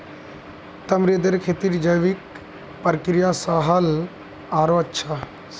तमरींदेर खेती जैविक प्रक्रिया स ह ल आरोह अच्छा